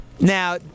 Now